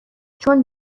چون